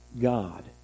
God